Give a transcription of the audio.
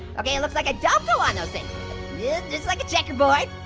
okay, it looks like i don't go on those things. just like a checkerboard.